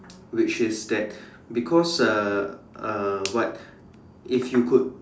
which is that because uh uh what if you could